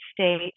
state